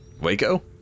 Waco